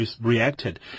reacted